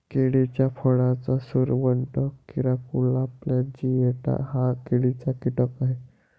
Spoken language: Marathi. केळीच्या फळाचा सुरवंट, तिराकोला प्लॅजिएटा हा केळीचा कीटक आहे